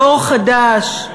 דור חדש,